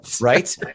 Right